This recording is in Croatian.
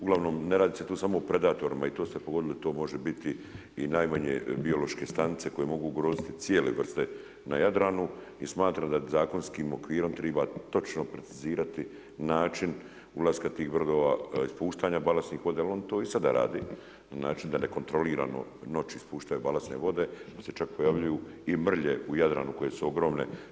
Uglavnom ne radi se tu samo u predatorima i tu ste pogodili, to može biti i najmanje biološke stanice koje mogu ugroziti cijele vrste na Jadranu i smatram da zakonskim okvirom treba točni precizirati način ulaska tih brodova, ispuštanja balastnih voda jer oni to i sada rade na način da nekontrolirano noću ispuštaju balastne vode pa se čak i pojavljuju i mrlje u Jadranu koje su ogromne.